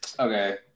Okay